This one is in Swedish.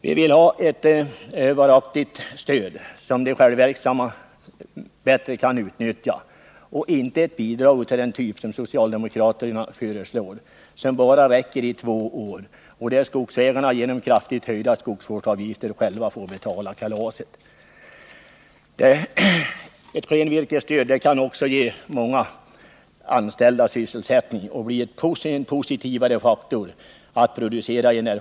Vi vill ha ett varaktigt stöd som de självverksamma bättre kan utnyttja och inte ett bidrag av den typ som socialdemokraterna föreslår, som bara räcker i två år och som skogsägarna genom kraftigt höjda skogsvårdsavgifter själva får betala. Klenvirkesstödet kan dessutom ge många anställda sysselsättning och bli en positiv faktor för energiproduktionen.